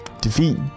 defeat